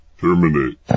Terminate